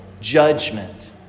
judgment